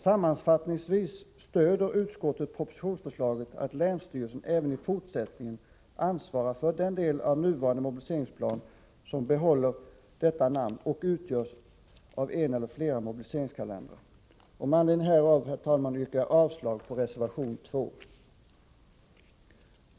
Sammanfattningsvis stöder utskottet propositionsförslaget, att länsstyrelsen även i fortsättningen ansvarar för den del av nuvarande mobiliseringsplan som behåller detta namn och utgörs av en eller flera mobiliseringskalendrar. Med anledning av det sagda, herr talman, yrkar jag avslag på reservation 2.